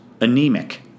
anemic